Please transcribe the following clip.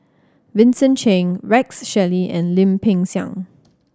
Vincent Cheng Rex Shelley and Lim Peng Siang